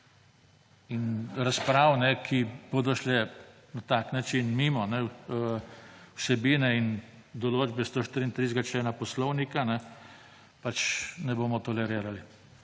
In razprav, ki bodo šle na tak način mimo vsebine in določbe 134. člena Poslovnika, pač ne bomo tolerirali.